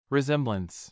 Resemblance